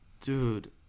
Dude